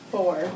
Four